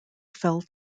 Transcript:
fell